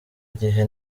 igihe